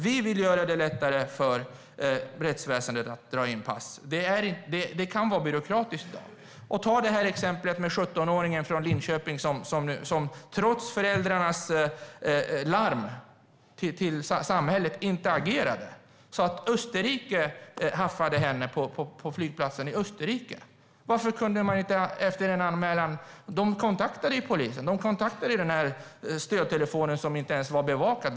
Vi vill göra det lättare för rättsväsendet att dra in pass. Det kan vara byråkratiskt i dag. Ta det här exemplet med 17-åringen från Linköping där samhället, trots föräldrarnas larm, inte agerade. Hon haffades i stället på flygplatsen i Österrike. Varför kunde man inte agera efter en anmälan? De kontaktade ju polisen. De kontaktade ju den här stödtelefonen, som inte ens var bevakad.